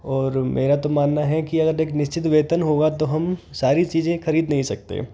और मेरा तो मानना है कि अगर एक निश्चित वेतन होगा तो हम सारी चीज़ें खरीद नहीं सकते